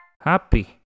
Happy